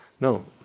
No